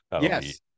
yes